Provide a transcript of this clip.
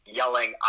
yelling